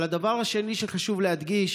הדבר השני שחשוב להדגיש